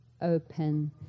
open